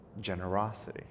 generosity